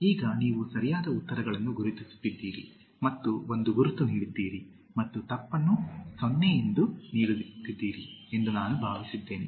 ಈಗ ನೀವು ಸರಿಯಾದ ಉತ್ತರಗಳನ್ನು ಗುರುತಿಸುತ್ತಿದ್ದೀರಿ ಮತ್ತು ಒಂದು ಗುರುತು ನೀಡಿದ್ದೀರಿ ಮತ್ತು ತಪ್ಪನ್ನು 0 ಎಂದು ನೀಡುತ್ತಿದ್ದೀರಿ ಎಂದು ನಾನು ಭಾವಿಸುತ್ತೇನೆ